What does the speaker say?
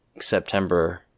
September